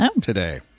today